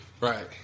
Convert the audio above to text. Right